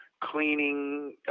cleaning